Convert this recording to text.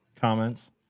comments